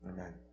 Amen